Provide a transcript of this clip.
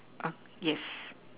uh yes